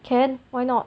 can why not